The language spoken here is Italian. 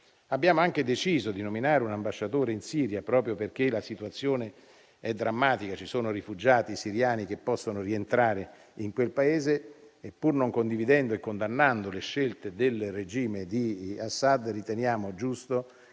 Abbiamo anche deciso di nominare un ambasciatore in Siria proprio perché la situazione è drammatica. Ci sono rifugiati siriani che possono rientrare in quel Paese e, pur non condividendo e condannando le scelte del regime di Assad, riteniamo giusto